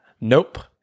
Nope